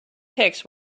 pics